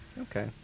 Okay